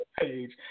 page